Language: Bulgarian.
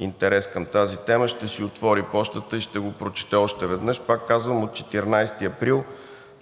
интерес към тази тема, ще си отвори пощата и ще го прочете още веднъж. Пак казвам, от 14 април,